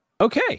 Okay